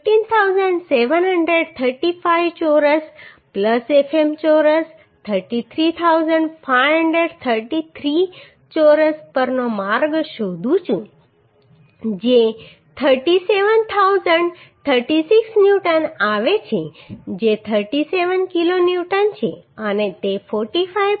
તેથી R હું Fs ચોરસ 15723 ચોરસ Fm ચોરસ 33533 ચોરસ પરનો માર્ગ શોધું છું જે 37036 ન્યૂટન આવે છે જે 37 કિલો ન્યૂટન છે અને તે 45